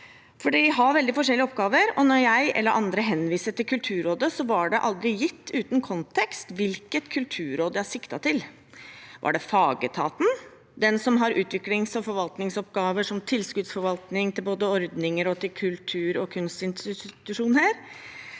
de har veldig forskjellige oppgaver. Når jeg eller andre henviste til Kulturrådet, var det aldri gitt uten kontekst hvilket Kulturråd jeg siktet til. Var det fagetaten, den som har utvikling og forvaltningsoppgaver som tilskuddsforvaltning til ordninger og til kultur- og kunstinstitusjoner,